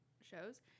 shows